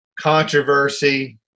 controversy